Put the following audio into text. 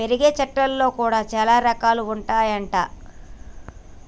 ఆ పెరిగే చెట్లల్లో కూడా చాల రకాలు ఉంటాయి అంట